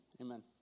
amen